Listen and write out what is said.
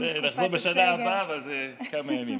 נחזור בשנה הבאה, אבל זה כמה ימים.